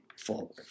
forward